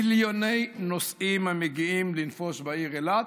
מיליוני נוסעים המגיעים לנפוש בעיר אילת.